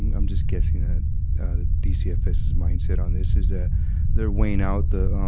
and i'm just guessing ah dcfs's mindset on this, is that they're weighing out the,